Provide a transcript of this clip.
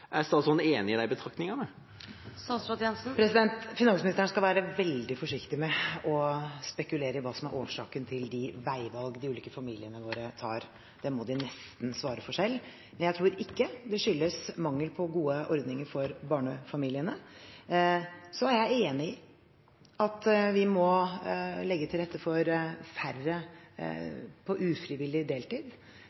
Er statsråden enig i de betraktningene? Finansministeren skal være veldig forsiktig med å spekulere i hva som er årsaken til de veivalg de ulike familiene våre tar – det må de nesten svare for selv – men jeg tror ikke det skyldes mangel på gode ordninger for barnefamiliene. Jeg er enig i at vi må legge til rette for færre